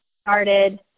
started